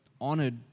honored